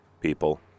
people